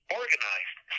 organized